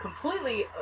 completely